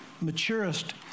maturest